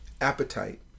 appetite